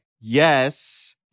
yes